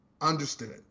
Understood